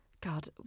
God